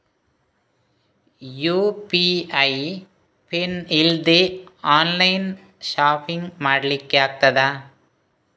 UPI PIN ಇಲ್ದೆ online shopping ಮಾಡ್ಲಿಕ್ಕೆ ಆಗ್ತದಾ?